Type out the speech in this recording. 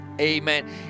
amen